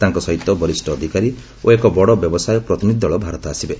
ତାଙ୍କ ସହିତ ବରିଷ୍ଠ ଅଧିକାରୀ ଓ ଏକ ବଡ଼ ବ୍ୟବସାୟ ପ୍ରତିନିଧି ଦଳ ଭାରତ ଆସିବେ